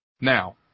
Now